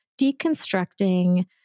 deconstructing